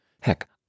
Heck